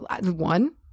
One